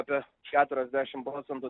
apie keturiasdešim procentų